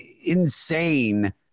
insane